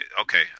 okay